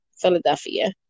Philadelphia